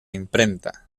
imprenta